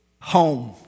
home